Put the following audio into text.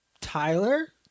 Tyler